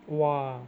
!wah!